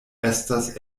estas